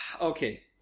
Okay